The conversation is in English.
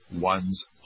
one's